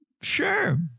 Sure